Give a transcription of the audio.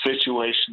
situation